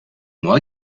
moi